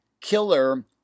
killer